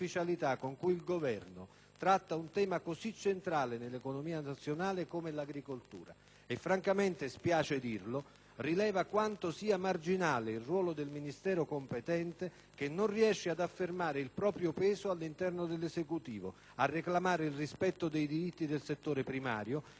tratta un tema così centrale nell'economia nazionale come l'agricoltura e francamente - spiace dirlo - rileva quanto sia marginale il ruolo del Ministero competente, che non riesce ad affermare il proprio peso all'interno dell'Esecutivo, a reclamare il rispetto dei diritti del settore primario e ad ottenere riconoscimenti dignitosi